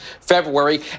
February